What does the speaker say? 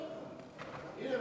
הנה,